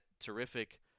terrific